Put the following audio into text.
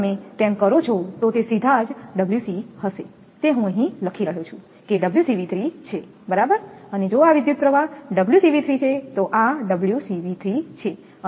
જો તમે એમ કરો છો તો તે સીધા જ હશે તે હું લખી રહ્યો છું કે છે બરાબર અને જો આ વિદ્યુતપ્રવાહ છે તો આ છે